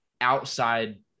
Outside